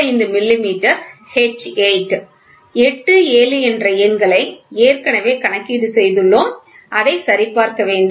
25 millimetre H8 8 7 என்ற எண்களை ஏற்கனவே கணக்கீடு செய்துள்ளோம் அதைச் சரிபார்க்க வேண்டும்